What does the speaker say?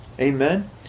Amen